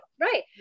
Right